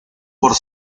por